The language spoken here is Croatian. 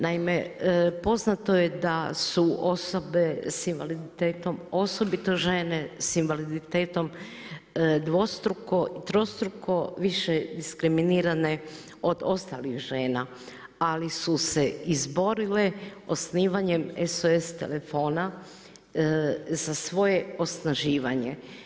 Naime, poznato je da su osobe s invaliditetom osobito žene s invaliditetom, dvostruko, trostruko više diskriminirane od ostalih žena ali su se izborile osnivanje SOS telefona za svoje osnaživanje.